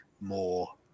more